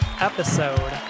episode